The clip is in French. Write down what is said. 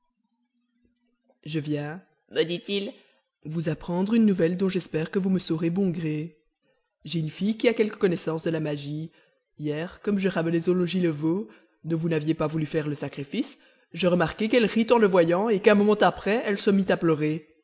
je viens me dit-il vous apprendre une nouvelle dont j'espère que vous me saurez bon gré j'ai une fille qui a quelque connaissance de la magie hier comme je ramenais au logis le veau dont vous n'aviez pas voulu faire le sacrifice je remarquai qu'elle rit en le voyant et qu'un moment après elle se mit à pleurer